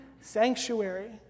sanctuary